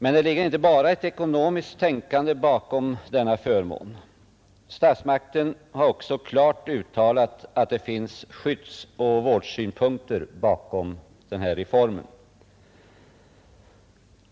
Men det ligger inte bara ett ekonomiskt tänkande bakom denna förmån. Statsmakten har också klart uttalat att det finns skyddsoch vårdsynpunkter bakom reformen.